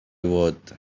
would